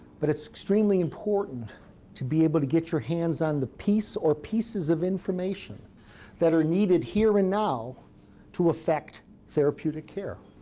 but it's extremely important to be able to get your hands on the piece or pieces of information that are needed here and now to effect therapeutic care.